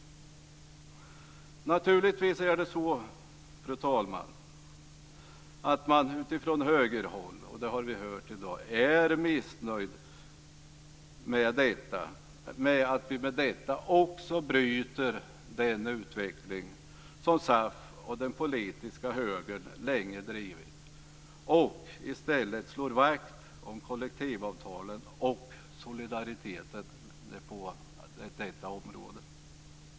Naturligtvis är det så, fru talman, att man från högerhåll - det har vi hört i dag - är missnöjd med att vi med detta också bryter den utveckling som SAF och den politiska högern länge drivit och i stället slår vakt om kollektivavtalen och solidariteten på detta område.